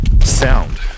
sound